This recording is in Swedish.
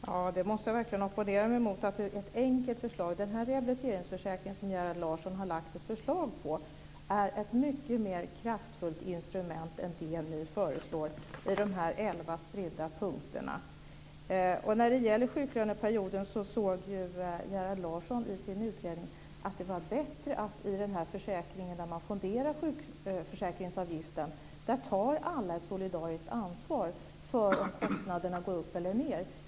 Herr talman! Jag måste verkligen opponera mig mot att det är ett enkelt förslag. Den rehabiliteringsförsäkring som Gerhard Larsson har lagt ett förslag om är ett mycket mer kraftfullt instrument än det ni föreslår i de här elva spridda punkterna. När det gäller sjuklöneperioden såg Gerhard Larsson i sin utredning att det var bättre med den här försäkringen, där man fonderar sjukförsäkringsavgiften. Där tar alla ett solidariskt ansvar för att kostnaderna går upp eller ned.